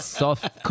soft